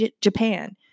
Japan